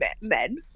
men